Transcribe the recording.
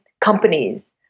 companies